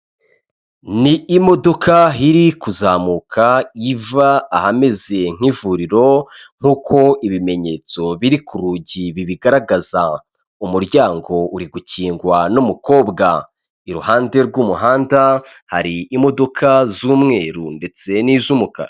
Ni imodoka iri kuzamuka iva ahameze nk'ivuriro nk'uko ibimenyetso biri ku rugi bibigaragaza. Umuryango uri gukingwa n'umukobwa, iruhande rw'umuhanda hari imodoka z'umweru ndetse n'iz'umukara.